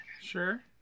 sure